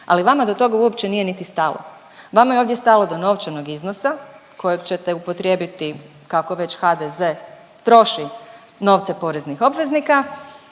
Ali vama do toga uopće nije niti stalo. Vama je ovdje stalo do novčanog iznosa kojeg ćete upotrijebiti kako već HDZ troši novce poreznih obveznika,